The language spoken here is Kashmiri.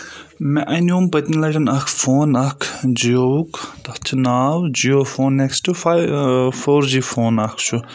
مےٚ اَنیوم پٔتمہِ لَٹؠن اکھ فون اکھ جِیوُک تَتھ چھُ ناو Jio phone next five four G phone اکھ چھُ